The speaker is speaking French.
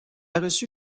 reçu